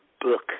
book